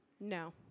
No